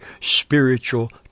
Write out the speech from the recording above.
spiritual